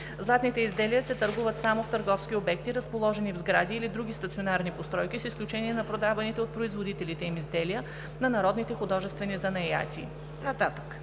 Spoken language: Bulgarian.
Златните изделия се търгуват само в търговски обекти, разположени в сгради или други стационарни постройки, с изключение на продаваните от производителите им изделия на народните художествени занаяти.“